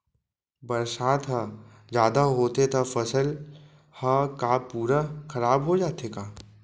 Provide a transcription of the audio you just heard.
बरसात ह जादा होथे त फसल ह का पूरा खराब हो जाथे का?